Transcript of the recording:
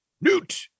Newt